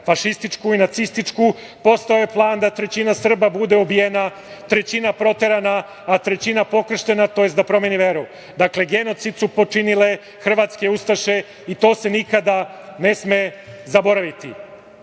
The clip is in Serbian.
fašističku i nacističku, postojao je plan da trećina Srba bude ubijena, trećina proterana, a trećina pokrštena, to jest da promeni veru. Dakle, genocid su počinile hrvatske Ustaše i to se nikada ne sme zaboraviti. Priska